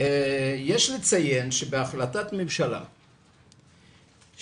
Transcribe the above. יש לציין שבהחלטת ממשלה,